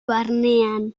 barnean